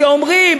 שאומרים,